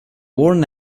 worn